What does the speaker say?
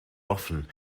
often